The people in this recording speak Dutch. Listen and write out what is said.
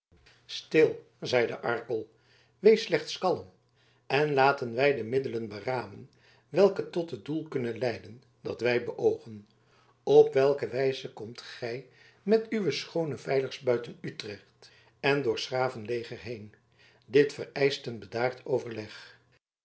stil zeide arkel wees slechts kalm en laten wij de middelen beramen welke tot het doel kunnen leiden dat wij beoogen op welke wijze komt gij met uwe schoone veiligst buiten utrecht en door s graven leger heen dit vereischt een bedaard overleg